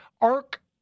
arc